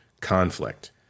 conflict